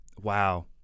wow